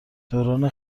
دوران